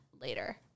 later